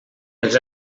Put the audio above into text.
els